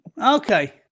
Okay